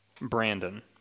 Brandon